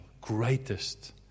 greatest